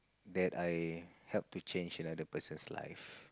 that I help to change like the person's life